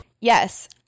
Yes